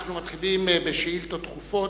אנחנו מתחילים בשאילתות דחופות,